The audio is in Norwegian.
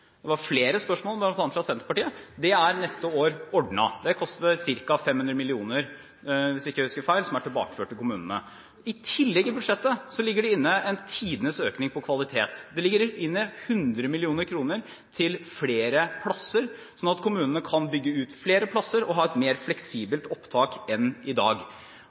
Det kom flere spørsmål, bl.a. fra Senterpartiet. Det er ordnet for neste år. Hvis jeg ikke husker feil, koster det ca. 500 mill. kr, som er tilbakeført til kommunene. I tillegg ligger det i budsjettet inne tidenes økning på kvalitet. Det ligger inne 100 mill. kr til flere plasser, slik at kommunene kan bygge ut flere plasser og ha et mer fleksibelt opptak enn i dag.